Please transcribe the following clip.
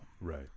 right